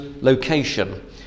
location